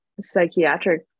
psychiatric